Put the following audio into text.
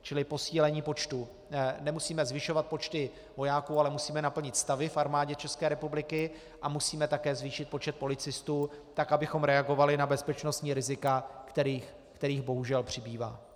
Čili posílení počtu, nemusíme zvyšovat počty vojáků, ale musíme naplnit stavy v Armádě České republiky a musíme také zvýšit počet policistů tak, abychom reagovali na bezpečnostní rizika, kterých bohužel přibývá.